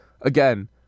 again